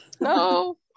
No